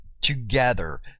together